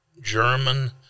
German